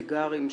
סיגרים,